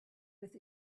with